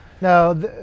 no